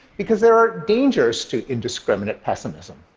because there are dangers to indiscriminate pessimism.